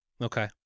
Okay